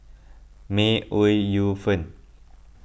May Ooi Yu Fen